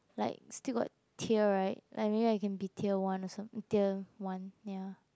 like still got tier right like I mean I can be tier one or some~ tier one ya